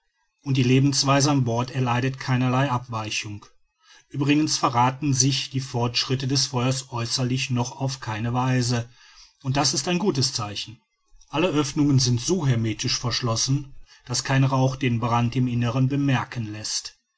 und die lebensweise an bord erleidet keinerlei abweichung uebrigens verrathen sich die fortschritte des feuers äußerlich noch auf keine weise und das ist ein gutes zeichen alle oeffnungen sind so hermetisch verschlossen daß kein rauch den brand im innern bemerken läßt